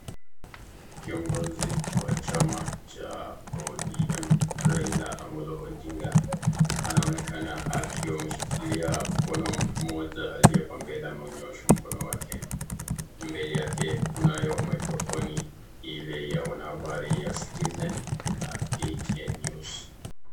Kiongozi wa chama cha ODM, Raila Amolo Odinga, anaonekana akiwa ameshikilia mkono wa mtu mmoja aliye, mbele akiunyosha mkono wake, mbele yake kunayo maikrofoni ile ya wanahabari ya Citizen, na KTN (cs)news(cs).